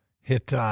hit